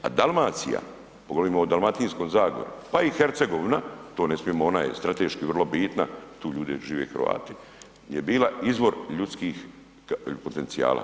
A Dalmacija, poglavito o Dalmatinskoj zagori pa i Hercegovina, to ne smijemo ona je strateški vrlo bitna, tu ljudi žive Hrvati je bila izvor ljudskih potencijala.